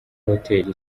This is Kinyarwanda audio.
hotel